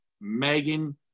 megan